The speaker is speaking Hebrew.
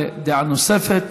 דעה נוספת.